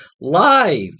live